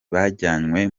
bajyanywe